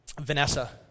Vanessa